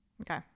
Okay